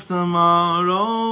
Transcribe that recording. Tomorrow